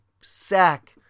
sack